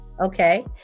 Okay